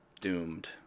doomed